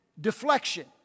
deflection